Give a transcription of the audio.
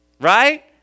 Right